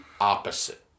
opposite